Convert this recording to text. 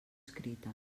escrita